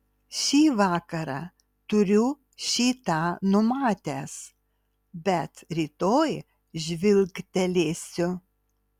šį vakarą turiu šį tą numatęs bet rytoj žvilgtelėsiu